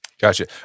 Gotcha